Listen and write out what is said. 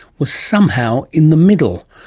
was somehow in the middle.